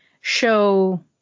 show